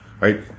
Right